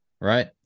Right